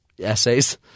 essays